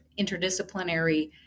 interdisciplinary